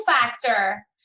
factor